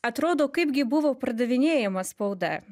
atrodo kaip gi buvo pardavinėjama spauda